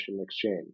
exchange